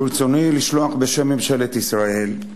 ברצוני לשלוח, בשם ממשלת ישראל,